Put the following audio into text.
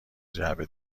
جعبه